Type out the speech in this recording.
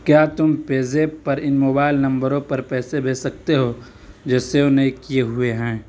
کیا تم پیزیپ پر ان موبائل نمبروں پر پیسے بھیج سکتے ہو جو سیو نہیں کیے ہوئے ہیں